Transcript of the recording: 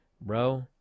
Bro